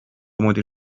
مدیر